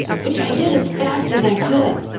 which i did as fast as i could.